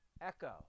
Echo